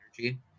energy